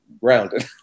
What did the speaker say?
grounded